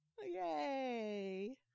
Yay